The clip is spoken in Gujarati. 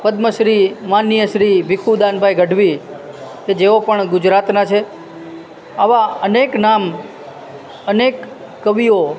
પદ્મશ્રી માનનીય શ્રી ભીખુદાનભાઈ ગઢવી જેઓ પણ ગુજરાતના છે આવા અનેક નામ અનેક કવિઓ